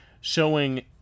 showing